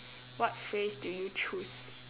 what phrase do you choose